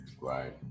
Right